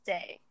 Day